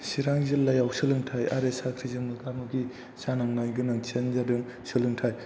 चिरां जिल्लायाव सोलोंथाय आरो साख्रिजों मोगा मोगि जानांनाय गोनांथिआनो जादों सोलोंथाय